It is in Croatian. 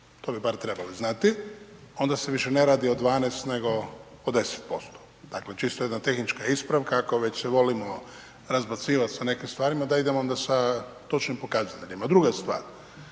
to bi bar trebali znati, onda se više ne radi o 12, nego o 10%, dakle, čisto jedna tehnička ispravka ako već se volimo razbacivat sa nekim stvarima, da idemo onda sa točnim pokazateljima. Druga stvar,